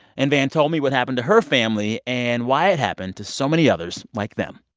and vann told me what happened to her family and why it happened to so many others like them